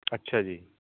ਅੱਛਾ ਜੀ